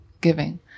giving